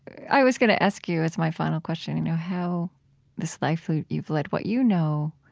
i was going to ask you, as my final question, you know how this life that you've led, what you know,